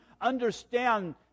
understand